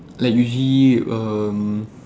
like usually um